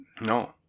No